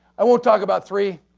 i won't talk about three,